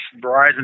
Verizon